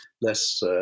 less